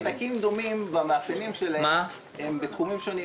עסקים דומים במאפיינים שלהם הם בתחומים שונים.